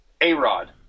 A-Rod